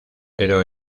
pero